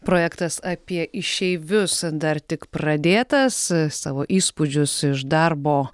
projektas apie išeivius dar tik pradėtas savo įspūdžius iš darbo